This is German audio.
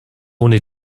ohne